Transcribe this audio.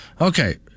Okay